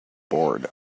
board